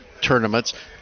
tournaments